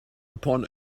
upon